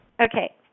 Okay